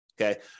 okay